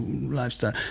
lifestyle